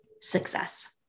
success